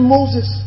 Moses